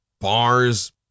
Bars